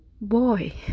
boy